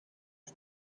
for